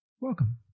Welcome